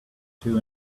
two